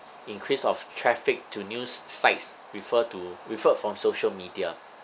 increase of traffic to news sites refer to referred from social media